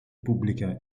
pubbliche